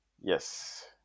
Yes